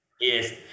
Yes